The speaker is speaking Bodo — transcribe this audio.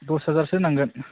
दस हाजारसो नांगोन